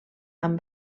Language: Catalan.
amb